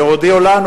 והודיעו לנו,